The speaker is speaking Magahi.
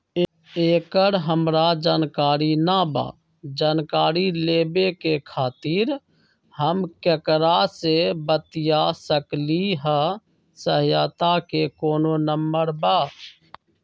एकर हमरा जानकारी न बा जानकारी लेवे के खातिर हम केकरा से बातिया सकली ह सहायता के कोनो नंबर बा?